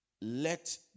Let